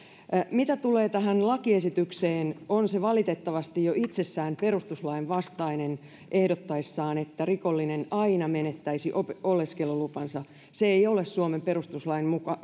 mitä tulee tähän lakiesitykseen se on valitettavasti jo itsessään perustuslain vastainen ehdottaessaan että rikollinen aina menettäisi oleskelulupansa se ei ole suomen perustuslain